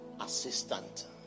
assistant